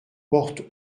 portes